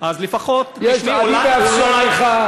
הכנסת,